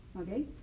Okay